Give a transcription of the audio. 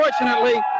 unfortunately